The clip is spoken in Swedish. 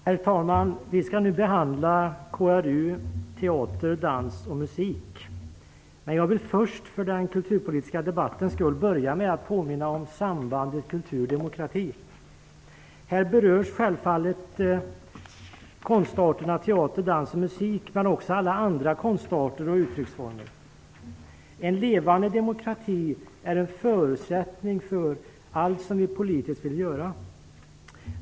Herr talman! Vi skall nu behandla KrU22 teater, dans och musik. Jag vill dock för den kulturpolitiska debattens skull börja med att påminna om sambandet mellan kultur och demokrati. Här berörs självfallet konstarterna teater, dans och musik men också alla andra konstarter och uttrycksformer. En levande demokrati är en förutsättning för allt som vi politiskt vill göra.